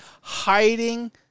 hiding